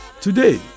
Today